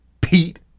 Pete